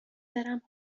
برم